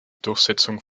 durchsetzung